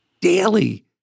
daily